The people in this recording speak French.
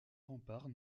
remparts